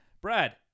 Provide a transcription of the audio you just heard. Brad